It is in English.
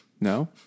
No